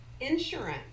insurance